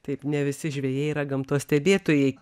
taip ne visi žvejai yra gamtos stebėtojai